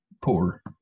poor